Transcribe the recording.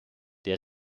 der